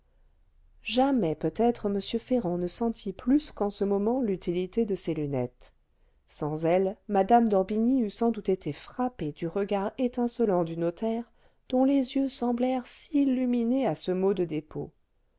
jamais peut-être m ferrand ne sentit plus qu'en ce moment l'utilité de ses lunettes sans elles mme d'orbigny eût sans doute été frappée du regard étincelant du notaire dont les yeux semblèrent s'illuminer à ce mot de dépôt